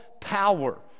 power